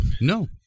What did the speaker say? No